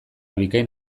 bikain